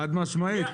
חד משמעי.